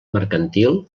mercantil